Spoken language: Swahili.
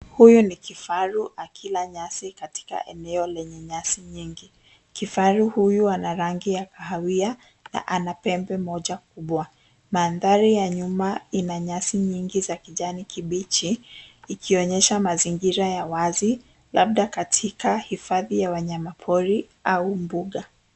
Huyo ni kifaru akila nyasi, katika eneo lenye nyasi nyingi. Kifaru huyu ana rangi ya kahawia na ana pembe moja kubwa. Mandhari ya nyuma ina nyasi nyingi za kijani kibichi, ikionyesha mazingira ya wazi, labda katika ifadhi ya wanyamapori au mbuga.